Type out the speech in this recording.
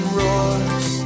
roars